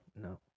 No